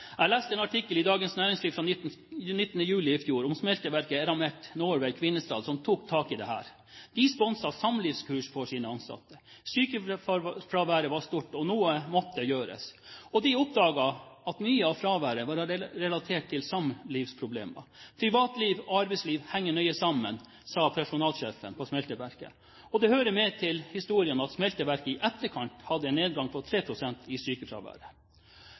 Jeg leste en artikkel i Dagens Næringsliv fra 19. juli i fjor om smelteverket Eramet Norway Kvinesdal, som tok tak i dette. De sponset samlivskurs for sine ansatte. Sykefraværet var stort, og noe måtte gjøres. De oppdaget at mye av fraværet var relatert til samlivsproblemer. «Privatliv og arbeidsliv henger nøye sammen», sa personalsjefen på smelteverket. Det hører med til historien at smelteverket i etterkant hadde en nedgang på 3 pst. i sykefraværet.